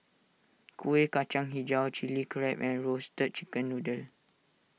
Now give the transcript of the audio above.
Kuih Kacang HiJau Chili Crab and Roasted Chicken Noodle